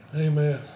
Amen